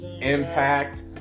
Impact